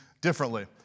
differently